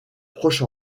proche